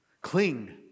cling